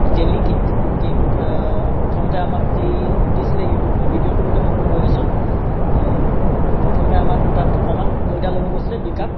jelly cake cake প্ৰথমতে আমাক যি দিছিলে ভিডিঅ'টো মতে মই গৈ আছোঁ প্ৰথমতে আমাক তাত অকণমান মইদা ল'ব কৈছিলে দুই কাপ